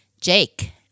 Jake